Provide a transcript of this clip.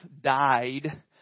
died